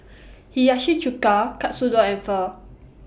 Hiyashi Chuka Katsudon and Pho